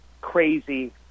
crazy